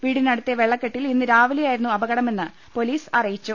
വീടിനടുത്തെ വെള്ളക്കെ ട്ടിൽ ഇന്ന് രാവിലെയായിരുന്നു അപകടമെന്ന് പൊലീസ് അറിയിച്ചു